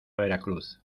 veracruz